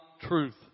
truth